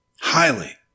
Highly